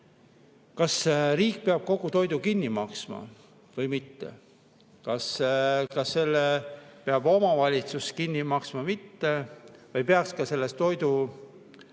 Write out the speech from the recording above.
Kas riik peab kogu toidu kinni maksma või mitte? Kas ka selle peab omavalitsus kinni maksma? Või peaks koolitoidu